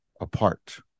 apart